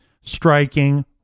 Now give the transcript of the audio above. striking